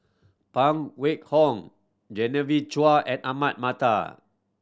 Phan Wait Hong Genevieve Chua and Ahmad Mattar